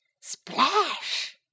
Splash